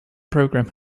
programme